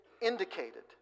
indicated